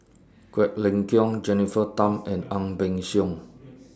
Quek Ling Kiong Jennifer Tham and Ang Peng Siong